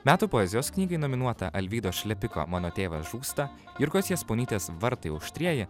metų poezijos knygai nominuota alvydo šlepiko mano tėvas žūsta jurgos jasponytės vartai auštrieji